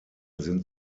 sind